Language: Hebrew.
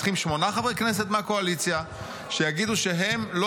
צריכים שמונה חברי כנסת מהקואליציה שיגידו שהם לא